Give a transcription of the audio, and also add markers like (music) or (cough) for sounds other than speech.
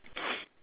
(noise)